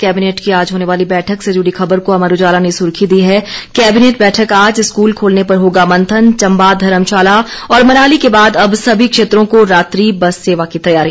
cabinet की आज होने वाली बैठक से जुड़ी खबर को अमर उजाला ने सुर्खी दी है कैबिनेट बैठक आज स्कूल खोलने पर होगा मंथन चम्बा धर्मशाला और मनाली के बाद अब सभी क्षेत्रों को रात्रि बस सेवा की तैयारी